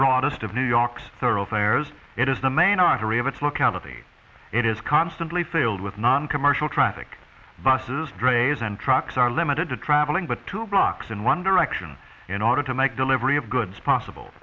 broadest of new york's thoroughfares it is the main artery of its locality it is constantly filled with noncommercial traffic buses drays and trucks are limited to traveling but two blocks in one direction in order to make delivery of goods possible